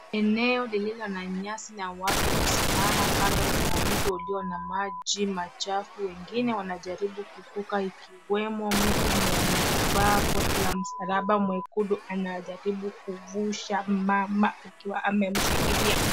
Eneo lililo na nyasi na watu wamesimama kando kuna mto ulio na maji machafu wengine wanajaribu kuvuka ikiwemo mtu mwenye kuvaa koti la msalaba mwekundu anajaribu kuvusha mama akiwa amemshikilia.